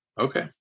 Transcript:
Okay